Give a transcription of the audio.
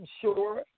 Sure